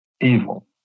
evil